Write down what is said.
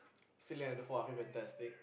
Phillip and the four are fantastic